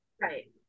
Right